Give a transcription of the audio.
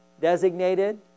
designated